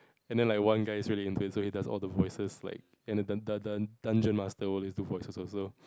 and then like one guy's really intense so he does all the voices like and the dun~ dun~ dungeon master always do voices also